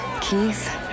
Keith